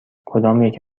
کدامیک